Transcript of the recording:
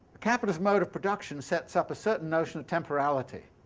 capitalist mode of production sets up a certain notion of temporality.